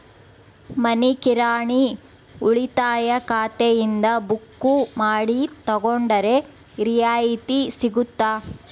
ಮನಿ ಕಿರಾಣಿ ಉಳಿತಾಯ ಖಾತೆಯಿಂದ ಬುಕ್ಕು ಮಾಡಿ ತಗೊಂಡರೆ ರಿಯಾಯಿತಿ ಸಿಗುತ್ತಾ?